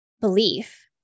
belief